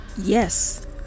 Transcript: Yes